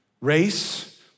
race